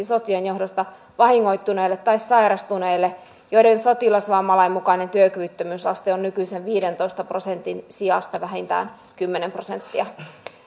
sotien johdosta vahingoittuneille tai sairastuneille joiden sotilasvammalain mukainen työkyvyttömyysaste on nykyisen viidentoista prosentin sijasta vähintään kymmenen prosenttia